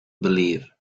believe